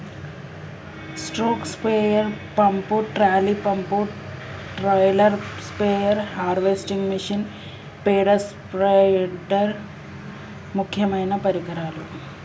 stroke sprayer pump, trolley pump, trailer spare, harvesting machine, పేడ spider ముక్యమైన పరికరాలు